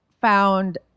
found